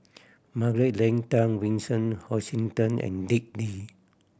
Margaret Leng Tan Vincent Hoisington and Dick Lee